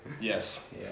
Yes